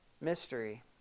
mystery